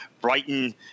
Brighton